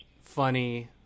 funny